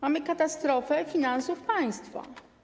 Mamy katastrofę finansów państwa.